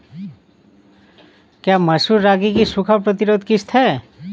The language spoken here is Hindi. क्या मसूर रागी की सूखा प्रतिरोध किश्त है?